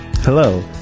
Hello